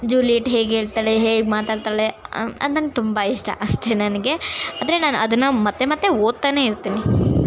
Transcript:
Juliet ಹೇಗೇಳ್ತಾಳೆ ಹೇಗೆ ಮಾತಾಡ್ತಾಳೆ ಅದು ನಂಗೆ ತುಂಬ ಇಷ್ಟ ಅಷ್ಟೇ ನನಗೆ ಆದರೆ ನಾನು ಅದನ್ನ ಮತ್ತೆ ಮತ್ತೆ ಓದ್ತಾನೆ ಇರ್ತೀನಿ